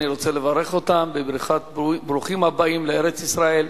אני רוצה לברך אותם בברכת ברוכים הבאים לארץ-ישראל.